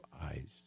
eyes